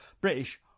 British